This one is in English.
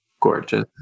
gorgeous